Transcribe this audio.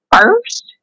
first